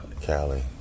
Cali